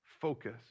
Focus